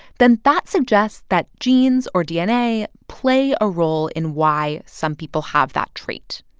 then that suggests that genes or dna play a role in why some people have that trait.